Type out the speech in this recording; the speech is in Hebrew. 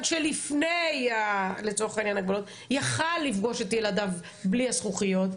שלפני ההגבלות יכול היה לפגוש את ילדיו בלי הזכוכיות,